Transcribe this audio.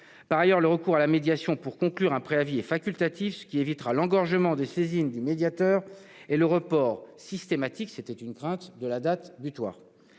Par ailleurs, le recours à la médiation pour conclure un préavis est facultatif, ce qui évitera l'engorgement des saisines du médiateur et le report systématique que nous pouvions craindre de la date butoir.